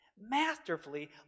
masterfully